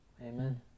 Amen